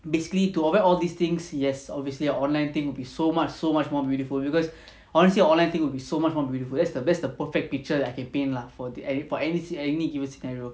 basically to avoid all these things yes obviously online thing with so much so much more beautiful because honestly online thing would be so much more beautiful that's the that's the perfect picture that I can paint lah for the for anything any given scenario